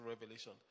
Revelation